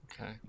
Okay